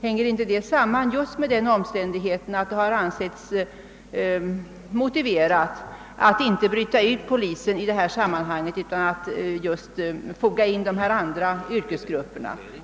Hänger det inte samman med den omständigheten att det betraktats som motiverat att inte bryta ut polisens ersättningsfrågor ur det stora sammanhanget utan att i stället foga in dessa i arbetet på att lösa också de andra yrkesgruppernas problem?